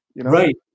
right